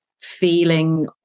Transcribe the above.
feeling